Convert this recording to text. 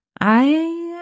I-